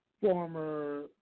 former